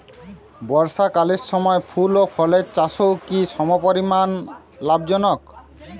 বর্ষাকালের সময় ফুল ও ফলের চাষও কি সমপরিমাণ লাভজনক?